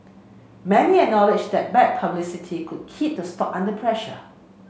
many acknowledge that bad publicity could keep the stock under pressure